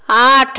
আট